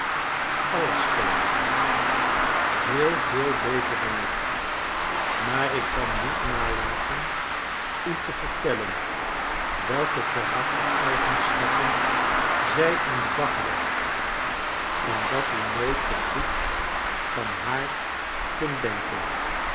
alles kent veel veel beter dan ik maar ik kan niet nalaten u te vertellen welke karaktereigenschappen zij aan den dag legt en dat u nooit te goed van haar kunt denken